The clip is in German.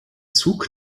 zug